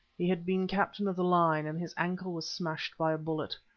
he had been captain of the line, and his ankle was smashed by a bullet.